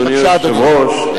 אדוני היושב-ראש,